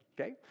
Okay